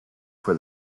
for